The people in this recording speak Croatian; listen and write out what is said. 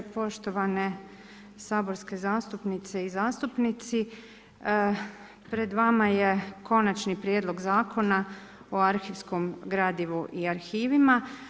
Poštovane saborske zastupnice i zastupnici, pred vama je Konačni prijedlog Zakona o arhivskom gradivu i arhivima.